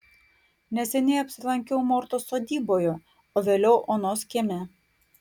neseniai apsilankiau mortos sodyboje o vėliau onos kieme